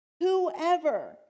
whoever